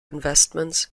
investments